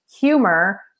humor